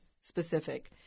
specific